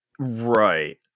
right